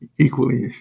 equally